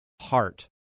heart